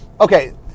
Okay